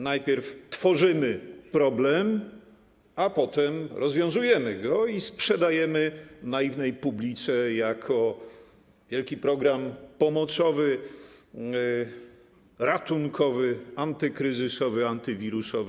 Najpierw tworzymy problem, a potem rozwiązujemy go i sprzedajemy naiwnej publice jako wielki program pomocowy, ratunkowy, antykryzysowy, antywirusowy.